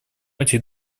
этих